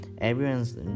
everyone's